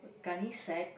gunny sack